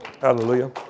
Hallelujah